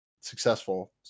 successful